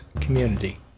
community